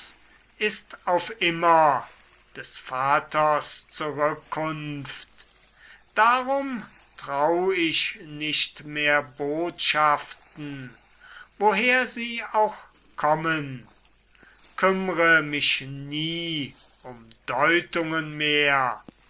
ist auf immer des vaters zurückkunft darum trau ich nicht mehr botschaften woher sie auch kommen kümmre mich nie um deutungen mehr